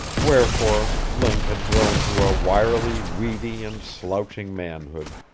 wherefore, link had grown to a wirily weedy and slouching manhood,